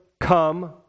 come